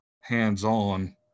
hands-on